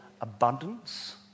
abundance